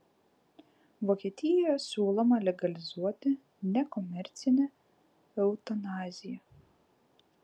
vokietijoje siūloma legalizuoti nekomercinę eutanaziją